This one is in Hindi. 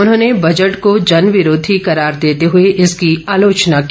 उन्होंने बजट को जनविरोधी करार देते हुए इसकी आलोचना की